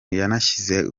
yanashyize